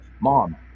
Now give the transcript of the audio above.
mom